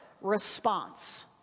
response